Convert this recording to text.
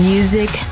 Music